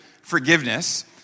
forgiveness